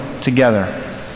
together